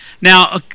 Now